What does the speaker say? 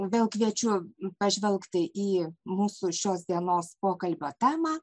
vėl kviečiu pažvelgti į mūsų šios dienos pokalbio temą